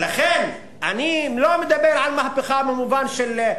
לכן אני לא מדבר על מהפכה במובן של,